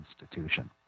institution